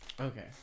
Okay